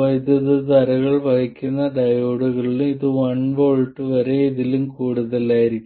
വൈദ്യുതധാരകൾ വഹിക്കുന്ന ഡയോഡുകളിലും ഇത് 1 V വരെ ഇതിലും കൂടുതലായിരിക്കാം